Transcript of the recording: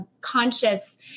conscious